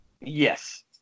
yes